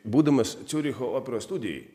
būdamas ciuricho operos studijoj